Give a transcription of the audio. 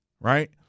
right